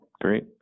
Great